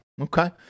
Okay